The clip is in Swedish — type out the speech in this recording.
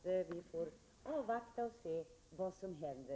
Vi får avvakta och se vad som händer!